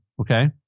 Okay